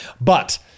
But-